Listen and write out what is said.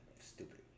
stupid